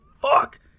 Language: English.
Fuck